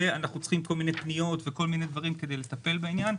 ואנחנו צריכים כל מיני פניות וכל מיני דברים כדי לטפל בעניין.